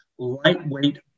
lightweight